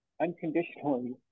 unconditionally